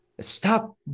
stop